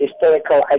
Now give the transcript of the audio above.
historical